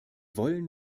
wollen